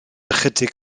ychydig